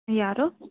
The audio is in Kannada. ಯಾರು